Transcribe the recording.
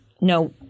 no